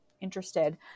interested